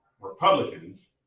Republicans